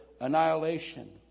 annihilation